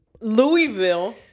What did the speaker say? Louisville